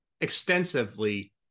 extensively